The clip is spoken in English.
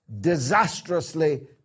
disastrously